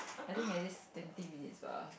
I think at least twenty minutes bah